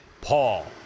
Paul